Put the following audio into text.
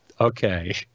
okay